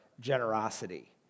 generosity